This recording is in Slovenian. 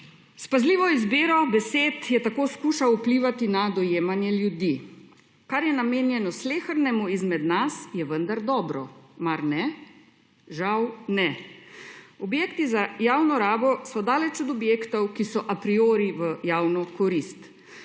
S pazljivo izbiro besed je tako skušal vplivati na dojemanje ljudi: kar je namenjeno slehernemu izmed nas, je vendar dobro. Mar ne? Žal ne! Objekti za javno rabo so daleč od objektov, ki so a priori v javno korist.